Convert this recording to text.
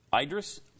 idris